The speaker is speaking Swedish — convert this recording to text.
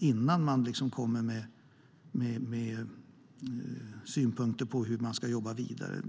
innan man kommer med synpunkter på hur regeringen ska jobba vidare.